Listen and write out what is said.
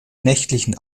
nächtlichen